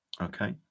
Okay